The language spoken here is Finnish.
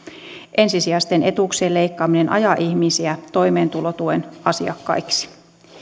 ensisijaisten etuuksien leikkaaminen ajaa ihmisiä toimeentulotuen asiakkaiksi